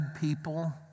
people